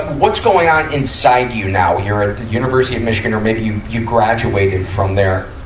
what's going on inside you now? you're at university of michigan or maybe you you graduated from there.